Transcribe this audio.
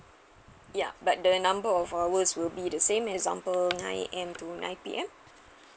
ya but the number of hours will be the same example nine A_M to nine P_M